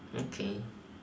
okay